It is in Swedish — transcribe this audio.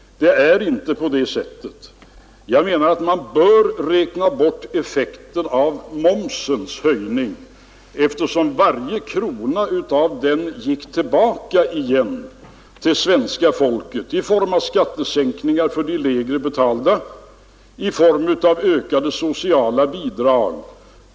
Det är inte på det sättet. Jag menar nämligen att man bör räkna bort effekten av momshöjningen, eftersom varje krona av den gick tillbaka till svenska folket i form av skattesänkningar för de lägre betalda eller i ökade sociala bidrag.